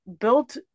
built